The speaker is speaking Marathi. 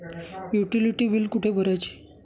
युटिलिटी बिले कुठे भरायची?